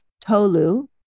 Tolu